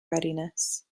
readiness